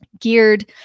geared